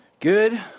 Good